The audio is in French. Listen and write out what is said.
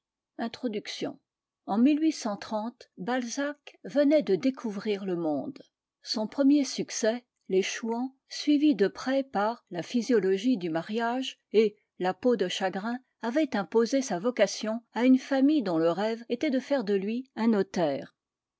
introduction w en io balzac venait de découvrir le monde son premier succès u les chouans suivi de près par la physiologie du mariage et u la peau de chagrin avait imposé sa vocation à une famille dont le rêve était de faire de lui un notaire